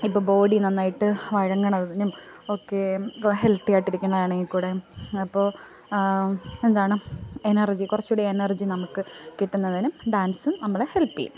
ഇപ്പോൾ ബോഡി നന്നായിട്ട് വഴങ്ങുന്നതിനും ഒക്കെയും ഹെൽത്തി ആയിട്ട് ഇരിക്കുന്നതാണെങ്കിൽ കൂടെയും അപ്പോൾ എന്താണ് എനർജി കുറച്ചുകൂടി എനർജി നമുക്ക് കിട്ടുന്നതിനും ഡാൻസ് നമ്മളെ ഹെൽപ്പ് ചെയ്യും